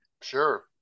Sure